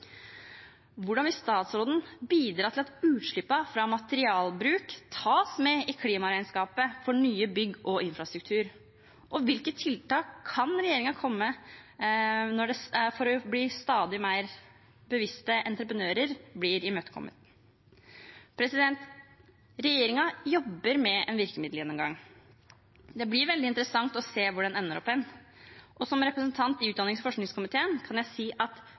Hvordan vil statsråden bidra til at utslippene fra materialbruk tas med i klimaregnskapet for nye bygg og infrastruktur? Og hvilke tiltak kan regjeringen imøtekomme stadig mer bevisste entreprenører med? Regjeringen jobber med en virkemiddelgjennomgang. Det blir veldig interessant å se hvor den ender opp hen. Som representant i utdannings- og forskningskomiteen kan jeg si at